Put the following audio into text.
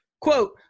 quote